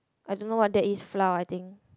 I don't know what that is flour I think